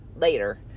later